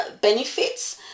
benefits